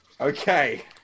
okay